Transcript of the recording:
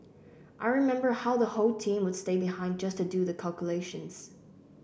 I remember how the whole team would stay behind just to do the calculations